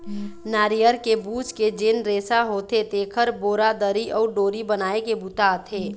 नरियर के बूच के जेन रेसा होथे तेखर बोरा, दरी अउ डोरी बनाए के बूता आथे